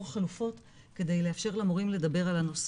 חלופות כדי לא]פשר למורים לדבר על הנושא,